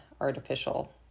artificial